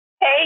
Hey